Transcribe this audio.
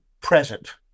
present